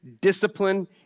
discipline